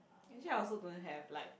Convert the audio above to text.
actually I also don't have like